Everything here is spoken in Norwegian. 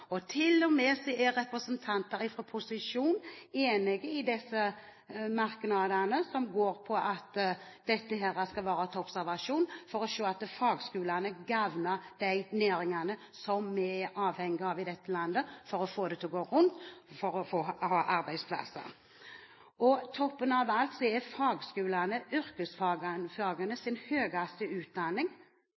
representanter fra posisjonen er enig i disse merknadene som går på at dette skal være til observasjon for å se at fagskolene gagner de næringene som vi er avhengige av i dette landet for å få det til å gå rundt, og for å få arbeidsplasser. På toppen av alt er fagskolene